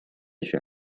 选举